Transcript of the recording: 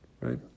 Right